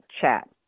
chat